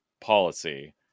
policy